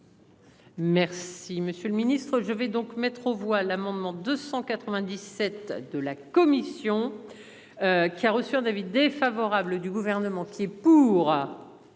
Merci, monsieur le Ministre, je vais donc mettre aux voix l'amendement 297 de la commission. Qui a reçu en David défavorable du gouvernement. C'est pour.